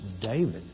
David